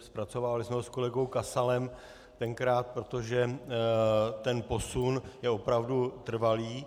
Zpracovávali jsme ho s kolegou Kasalem tenkrát, protože ten posun je opravdu trvalý.